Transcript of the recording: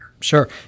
Sure